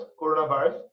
coronavirus